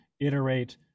iterate